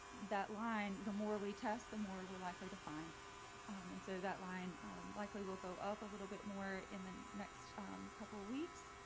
that line the more we test, the more we're likely to find and so that line likely will go up a little bit more in the next couple of weeks.